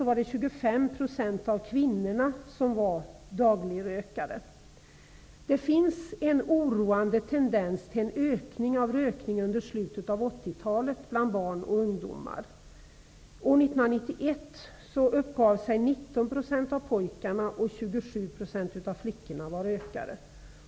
Åren Det finns en oroande tendens från slutet av 1980 talet till en ökning av rökningen bland barn och ungdomar. År 1991 uppgav sig 19 % av pojkarna och 27 % av flickorna vara rökare.